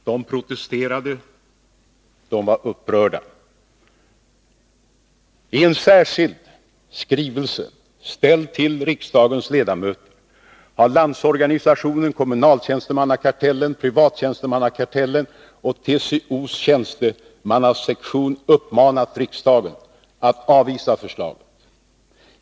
De protesterade. De var upprörda. I en särskild skrivelse, ställd till riksdagens ledamöter, har Landsorganisationen, Kommunaltjänstemannakartellen, Privattjänstemannakartellen och TCO:s statstjänstemannasektion uppmanat riksdagen att avvisa förslaget.